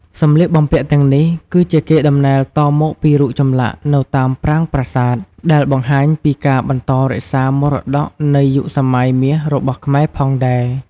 សម្លៀកបំពាក់់ទាំងនេះគឺជាកេរដំណែលតមកពីរូបចម្លាក់នៅតាមប្រាង្គប្រសាទ ដែលបង្ហាញពីការបន្តរក្សាមរតក៌នៃយុគសម័យមាសរបស់ខ្មែរផងដែរ។